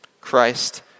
Christ